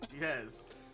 Yes